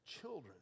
children